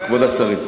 כבוד השרים,